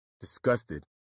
disgusted